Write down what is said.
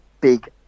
big